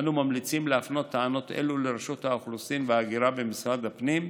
אנו ממליצים להפנות טענות אלו לרשות האוכלוסין וההגירה במשרד הפנים,